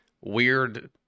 weird